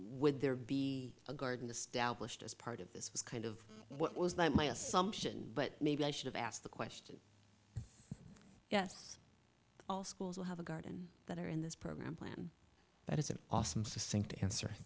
would there be a garden to stablished as part of this was kind of what was that my assumption but maybe i should have asked the question yes all schools will have a garden that are in this program plan that is a sink to answer